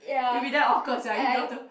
it will be damn awkward sia if you all two